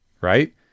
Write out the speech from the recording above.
Right